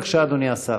בבקשה, אדוני השר.